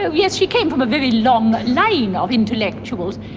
so yes, she came from a very long line of intellectuals.